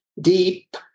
deep